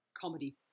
comedy